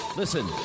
listen